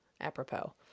apropos